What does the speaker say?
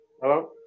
Hello